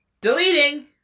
Deleting